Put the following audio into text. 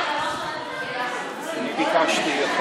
אני ביקשתי.